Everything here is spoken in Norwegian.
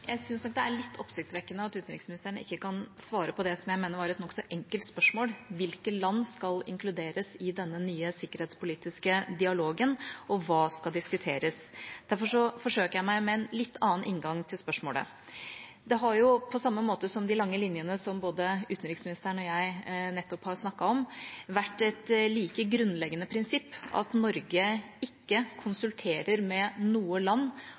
Jeg syns nok det er litt oppsiktsvekkende at utenriksministeren ikke kan svare på det som jeg mener var et nokså enkelt spørsmål: Hvilke land skal inkluderes i denne nye sikkerhetspolitiske dialogen, og hva skal diskuteres? Derfor forsøker jeg meg med en litt annen inngang til spørsmålet. Det har jo, på samme måte som de lange linjene som både utenriksministeren og jeg nettopp har snakket om, vært et like grunnleggende prinsipp at Norge ikke konsulterer med noe land